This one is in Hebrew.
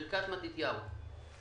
ברכת מתתיהו.